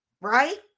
right